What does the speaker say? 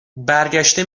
برگشته